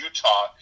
Utah